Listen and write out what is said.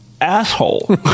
asshole